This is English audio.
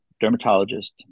dermatologist